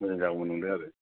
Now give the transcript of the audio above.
मोजां जागौमोन नंदों आरो